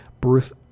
Bruce